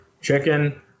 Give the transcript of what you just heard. Chicken